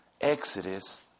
Exodus